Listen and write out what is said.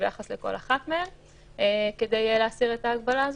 ביחס לכל אחת מהן כדי להסיר את ההגבלה הזאת.